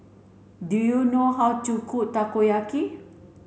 do you know how to cook Takoyaki